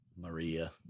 Maria